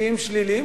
שיאים שליליים